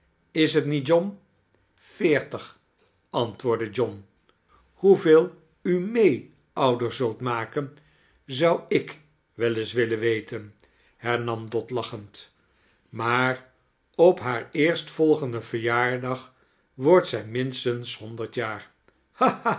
is t niet john veertig antwoordde john hoeveel u may ouder zult maken zou ik wel eens willen weten hernam dot lachend maar op haar eerstvolgeaden verjaardag wordt zij minstens honderd jaar